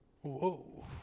Whoa